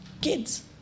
kids